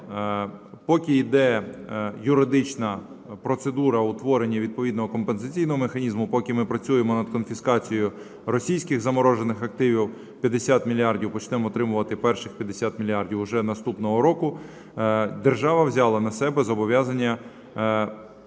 поки йде юридична процедура утворення відповідного компенсаційного механізму, поки ми працюємо над конфіскацією російських заморожених активів, 50 мільярдів, почнемо отримувати перших 50 мільярдів уже наступного року, держава взяла на себе зобов'язання допомагати